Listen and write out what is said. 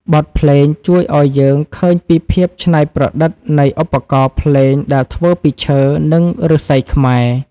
បទភ្លេងជួយឱ្យយើងឃើញពីភាពច្នៃប្រឌិតនៃឧបករណ៍ភ្លេងដែលធ្វើពីឈើ និងឫស្សីខ្មែរ។